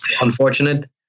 unfortunate